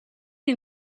این